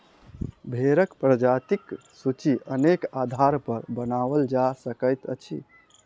भेंड़क प्रजातिक सूची अनेक आधारपर बनाओल जा सकैत अछि